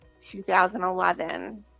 2011